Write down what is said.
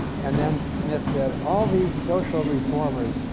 and then, smith said all these social reformers,